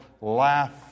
laugh